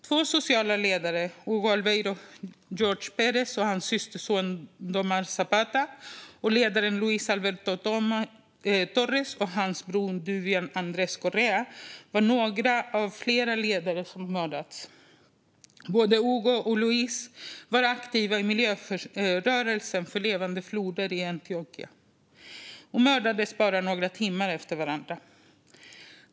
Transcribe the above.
Två sociala ledare, Hugo Albeiro George Perez och hans systerson Domar Zapata, och ledaren Luis Alberto Torres och hans bror Duvian Andrés Correa är några av flera ledare som mördats. Både Hugo och Luis var aktiva i miljörörelsen för levande floder i Antioquia och mördades bara några timmar efter varandra.